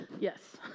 yes